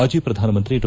ಮಾಜಿ ಪ್ರಧಾನಮಂತ್ರಿ ಡಾ